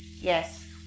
yes